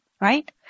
Right